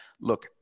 Look